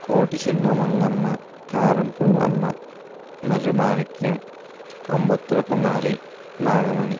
Koti Chinnamangamma Karam Pullamma Marri Manikyam Kombathula Kumari Nagamani